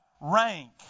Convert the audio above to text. rank